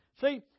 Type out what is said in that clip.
See